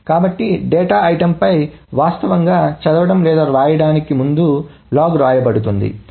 కాబట్టి డేటా ఐటెంపై వాస్తవంగా చదవడం లేదా వ్రాయడానికి ముందు లాగ్ వ్రాయబడుతుంది సమయం 0451 చూడండి